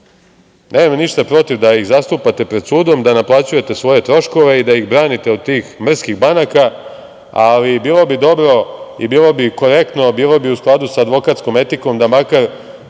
nemam ništa protiv da ih zastupate pred sudom, da naplaćujete svoje troškove i da ih branite od tih mrskih banaka, ali bilo bi dobro i bilo bi korektno, bilo bi u skladu sa advokatskom etikom da makar